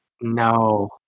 No